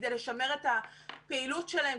כדי לשמר את הפעילות שלהן,